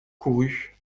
courut